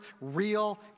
real